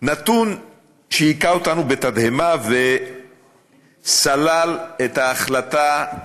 נתון שהיכה אותנו בתדהמה וסלל את ההחלטה,